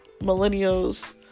millennials